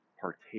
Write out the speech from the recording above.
partake